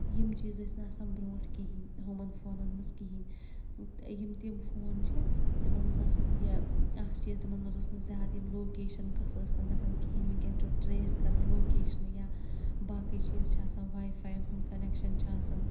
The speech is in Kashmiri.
یِم چیٖز ٲسۍ نہٕ آسان برٛونٛٹھ کِہیٖنٛۍ یِمَن فونَن مَنٛز کِہیٖنٛۍ یِم تِم فون چھِ تِمَن ٲس آسان یہِ اکھ چیٖز تِمَن مَنٛز اوس نہٕ زیادٕ یِم لوکیشَن قٕصہٕ ٲسۍ نہٕ گَژھان کِہیٖنٛۍ وُنکیٚن چھُ ٹرٛیس کَران لوکیشنہٕ یا باقٕے چیٖز چھِ آسان واے فایَن ہُنٛد کَنیٚکشَن چھُ آسان